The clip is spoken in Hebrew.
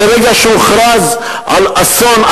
ברגע שהוכרז על אסון,